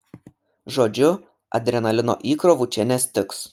žodžiu adrenalino įkrovų čia nestigs